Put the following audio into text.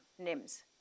NIMS